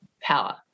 power